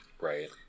Right